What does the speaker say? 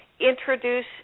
introduce